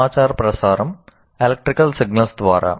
సమాచార ప్రసారం electrical signals ద్వారా